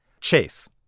Chase